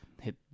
hit